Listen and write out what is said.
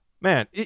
man